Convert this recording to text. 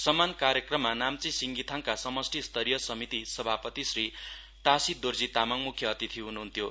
सम्मान कार्यक्रममा नाम्ची सिङगीथाङ समष्ठी स्तरीय समिति सभापति श्री टाशी दोर्जी तामाङ मुख्य अतिथि हुनुहुन्थ्यो